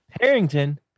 Harrington